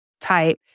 type